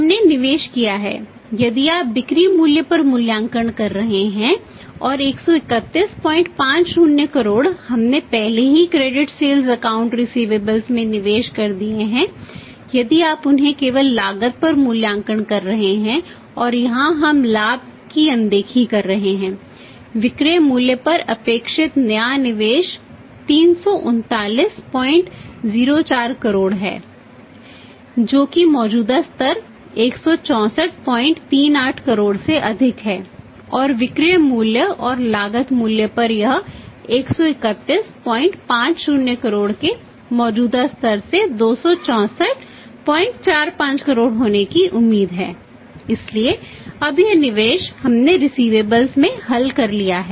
हमने निवेश किया है यदि आप बिक्री मूल्य पर मूल्यांकन कर रहे हैं और 13150 करोड़ हमने पहले ही क्रेडिट में हल कर लिया है